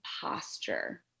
posture